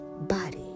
body